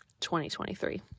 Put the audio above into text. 2023